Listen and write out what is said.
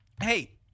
Hey